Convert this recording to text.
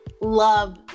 love